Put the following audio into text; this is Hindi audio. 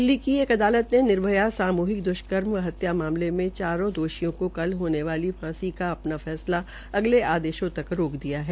दिल्ली की एक अदालत ने निर्भयल सामूहिक दुष्कर्म हत्या मामले में चारों दोषियों को कल होने वाली फांसी का अपना फैसला अगले आदेंशों तक रोक दिया है